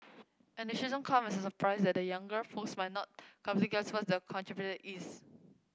and it shouldn't come as a surprise that the younger folks might not completely grasp what that contraption is